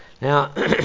Now